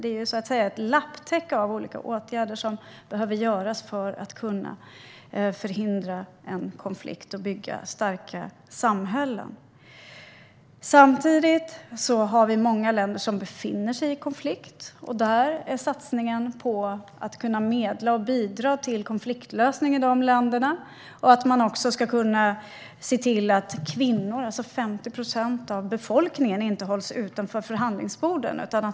Det är ett lapptäcke av olika åtgärder som behöver vidtas för att man ska kunna förhindra konflikter och bygga starka samhällen. Samtidigt är det många länder som befinner sig i konflikt. Där satsar Sverige på att kunna medla och bidra till konfliktlösning. Vi måste också se till att kvinnor - alltså 50 procent av befolkningen - inte hålls borta från förhandlingsborden.